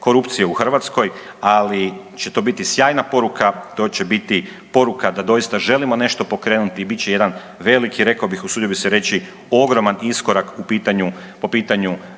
korupcije u Hrvatskoj, ali će to biti sjajna poruka, to će biti poruka da doista želimo nešto pokrenuti i bit će jedan veliki, usudio bi se reći, ogroman iskorak po pitanju